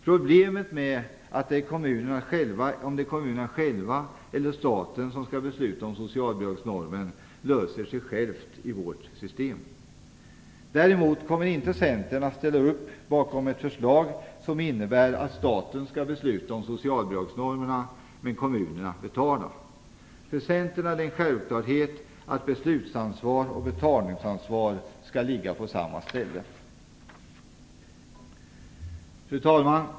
Problemet med frågan om det är kommunerna själva eller staten som skall besluta om socialbidragsnormen löses av sig självt med vårt system. Däremot kommer Centern inte att ställa sig bakom ett förslag som innebär att staten skall besluta om socialbidragsnormerna men att kommunerna skall betala. För Centern är det en självklarhet att beslutsansvar och betalningsansvar skall ligga på samma ställe. Fru talman!